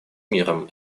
миром